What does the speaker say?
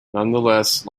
nonetheless